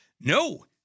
No